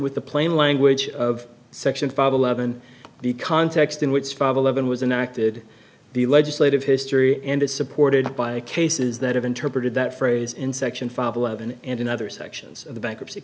with the plain language of section five eleven the context in which five eleven was an acted the legislative history and is supported by a cases that have interpreted that phrase in section five eleven and in other sections of the bankruptcy